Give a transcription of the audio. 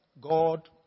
God